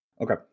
Okay